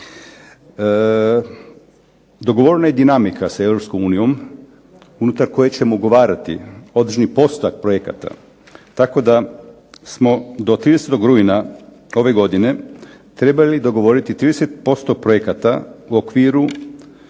Dogovorena je dinamika sa Europskom unijom unutar kojeg ćemo ugovarati određeni postotak projekata tako da smo do 30. rujna ove godine trebali dogovoriti 30% projekata u okviru